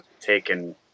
taken